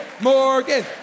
Morgan